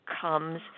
comes